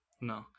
No